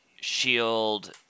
shield